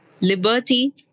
liberty